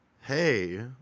hey